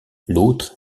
l’autre